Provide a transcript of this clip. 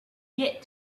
yet